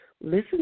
listen